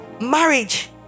marriage